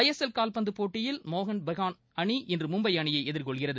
ஜ S L கால்பந்து போட்டியில் மோகன் பெகான் அணி இன்று மும்பை அணியை எதிர்கொள்கிறது